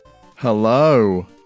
Hello